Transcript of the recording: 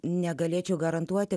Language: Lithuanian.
negalėčiau garantuoti